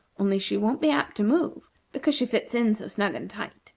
only she wont be apt to move because she fits in so snug and tight